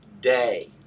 day